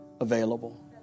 available